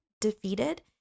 defeated